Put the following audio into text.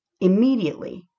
Immediately